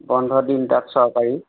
বন্ধ দিন তাত চৰকাৰী